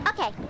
Okay